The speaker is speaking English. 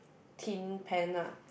tin pan lah